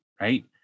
right